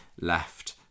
left